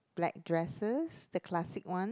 black dresses the classic one